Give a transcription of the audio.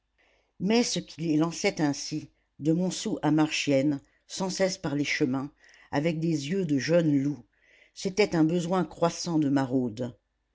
mais ce qui les lançait ainsi de montsou à marchiennes sans cesse par les chemins avec des yeux de jeunes loups c'était un besoin croissant de maraude